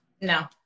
no